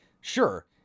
Sure